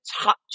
touch